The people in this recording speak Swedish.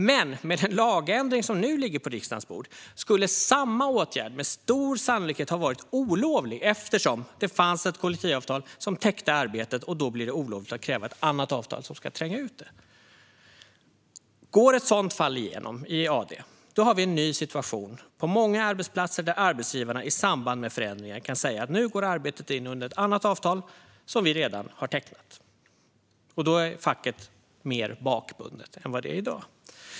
Men med den lagändring som nu ligger på riksdagens bord skulle samma åtgärd med stor sannolikhet ha varit olovlig, eftersom det fanns ett kollektivavtal som täckte arbetet och eftersom det då blir olovligt att kräva ett annat avtal som ska tränga ut det. Går ett sådant fall igenom i AD har vi en ny situation på många arbetsplatser, där arbetsgivarna i samband med förändringar kan säga att arbetet nu går in under ett annat avtal som man redan har tecknat. Då är facket mer bakbundet än vad det är i dag.